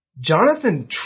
Jonathan